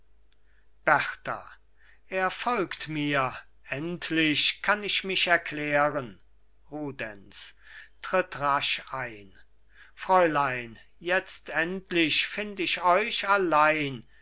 berta er folgt mir endlich kann ich mich erklären rudenz tritt rasch ein fräulein jetzt endlich find ich euch allein